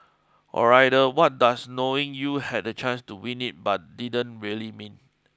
or rather what does knowing you had the chance to win it but didn't really mean